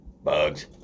bugs